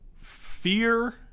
fear